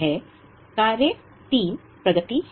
iii कार्य प्रगति है